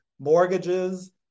Mortgages